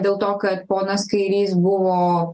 dėl to kad ponas kairys buvo